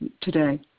today